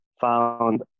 found